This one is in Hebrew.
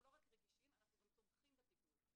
אנחנו גם תומכים בטיפול.